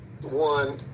one